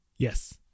Yes